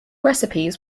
recipes